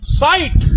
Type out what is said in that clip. sight